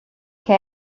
che